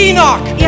Enoch